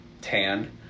tan